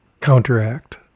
counteract